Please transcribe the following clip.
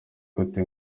gute